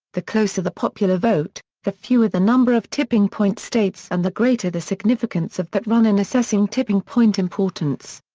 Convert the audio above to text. the closer the popular vote, the fewer the number of tipping point states and the greater the significance of that run in assessing tipping point importance.